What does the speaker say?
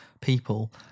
people